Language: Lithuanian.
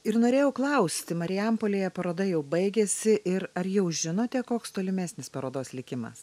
ir norėjau klausti marijampolėje paroda jau baigėsi ir ar jau žinote koks tolimesnis parodos likimas